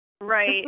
right